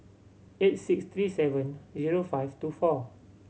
eight six three seven zero five two four